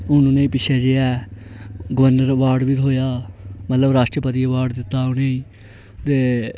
हून उनेंगी पिच्छै जेह् गबर्नर आबर्ड बी थ्होआ मतलब राष्टपति आबर्ड दिता उनेंगी ते